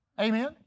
Amen